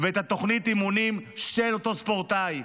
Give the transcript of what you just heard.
ואת תוכנית האימונים של אותו ספורטאי.